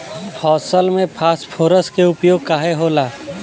फसल में फास्फोरस के उपयोग काहे होला?